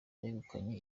begukanye